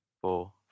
four